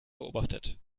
beobachtet